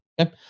Okay